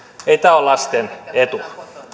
ei tämä ole lasten etu